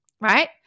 right